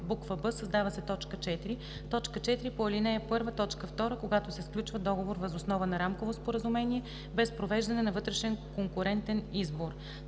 б) създава се т. 4: „4. по ал. 1, т. 2 – когато се сключва договор въз основа на рамково споразумение без провеждане на вътрешен конкурентен избор.“